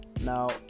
Now